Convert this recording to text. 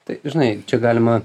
tai žinai čia galima